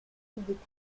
complexes